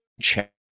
check